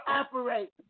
operate